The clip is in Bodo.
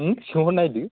हो सोंहरनायदो